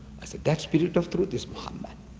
i said that spirit of truth this muhammad